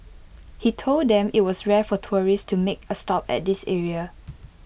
he told them IT was rare for tourists to make A stop at this area